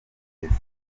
ageze